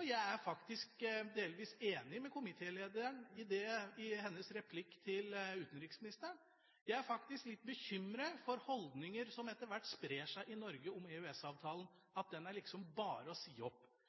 Jeg er faktisk delvis enig med komitélederen i hennes replikk til utenriksministeren. Jeg er faktisk litt bekymret over holdninger som etter hvert sprer seg i Norge om EØS-avtalen, at den liksom bare er å si opp.